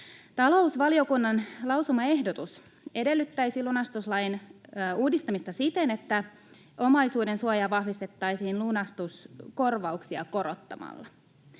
Talousvaliokunnan lausumaehdotus edellyttäisi lunastuslain uudistamista siten, että omaisuudensuojaa vahvistettaisiin lunastuskorvauksia korottamalla.